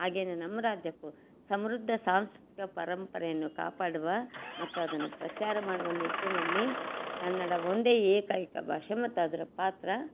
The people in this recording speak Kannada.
ಹಾಗೆನೇ ನಮ್ಮ ರಾಜ್ಯಕ್ಕೂ ಸಮೃದ್ಧ ಸಾಂಸ್ಕೃತಿಕ ಪರಂಪರೆಯನ್ನು ಕಾಪಾಡುವ ಮತ್ತು ಅದನ್ನು ಪ್ರಚಾರ ಮಾಡುವ ನಿಟ್ಟಿನಲ್ಲಿ ಕನ್ನಡ ಒಂದೇ ಏಕೈಕ ಭಾಷೆ ಮತ್ತು ಅದರ ಪಾತ್ರ